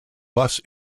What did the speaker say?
bus